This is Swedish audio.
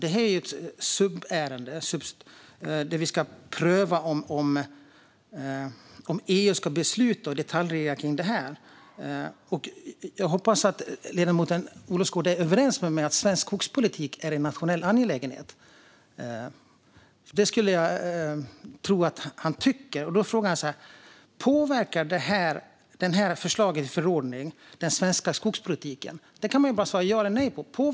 Det här är ett subsidiaritetsärende, där vi ska pröva om EU ska besluta och detaljreglera kring detta. Jag hoppas att ledamoten Olofsgård är överens med mig om att svensk skogspolitik är en nationell angelägenhet. Det skulle jag tro att han tycker, och då är frågan: Påverkar det här förslaget till förordning den svenska skogspolitiken? Det kan man bara svara ja eller nej på.